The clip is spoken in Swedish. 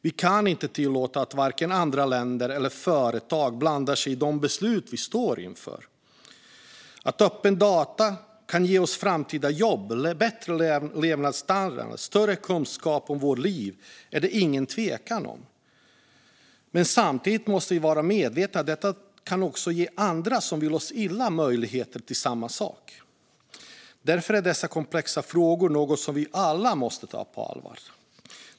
Vi kan inte tillåta att andra länder eller företag blandar sig i de beslut vi står inför. Att öppna data kan ge oss framtida jobb, bättre levnadsstandard och större kunskap om våra liv är det ingen tvekan om. Samtidigt måste vi vara medvetna om att detta också kan ge andra, som vill oss illa, möjligheter till samma sak. Därför är dessa komplexa frågor något som vi alla måste ta på allvar.